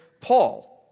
Paul